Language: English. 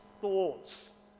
thoughts